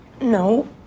No